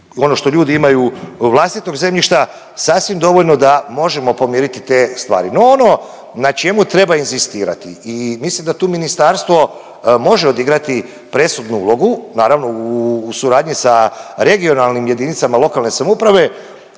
ono što ljudi imaju vlastitog zemljišta sasvim dovoljno da možemo pomiriti te stvari. No ono na čemu treba inzistirati i mislim da tu ministarstvo može odigrati presudnu ulogu, naravno u suradnji sa regionalnim jedinicama lokalne samouprave,